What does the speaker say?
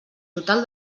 total